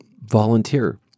volunteer